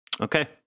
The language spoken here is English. Okay